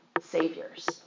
saviors